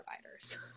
providers